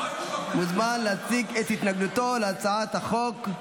ומוזמן להציג את התנגדותו להצעת החוק,